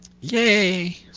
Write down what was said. Yay